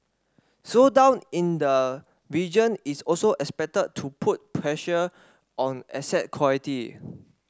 slowdown in the region is also expected to put pressure on asset quality